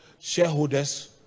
shareholders